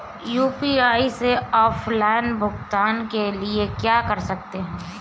UPI से offline भुगतान के लिए क्या कर सकते हैं?